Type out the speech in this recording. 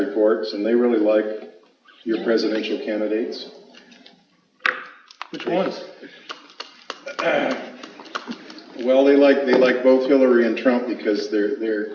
reports and they really like your presidential candidates trust well they like they like both hillary and trump because they're the